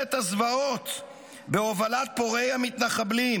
כשממשלת הזוועות בהובלת פורעי המתנחבלים